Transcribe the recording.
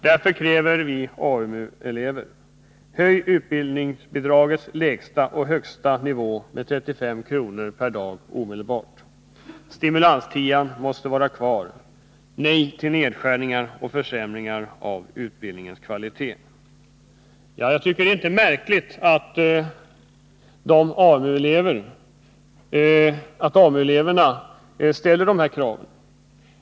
Därför kräver vi AMU-elever: Höj utbildningsbidragets lägsta och högsta nivå med 35 kr/dag omedelbart! Stimulanstian måste vara kvar! Jag tycker inte att det är märkligt att AMU-eleverna ställer de här kraven.